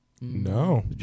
No